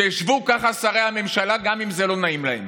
שישבו ככה שרי הממשלה, גם אם זה לא נעים להם.